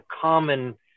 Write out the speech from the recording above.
common